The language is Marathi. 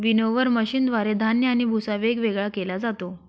विनोवर मशीनद्वारे धान्य आणि भुस्सा वेगवेगळा केला जातो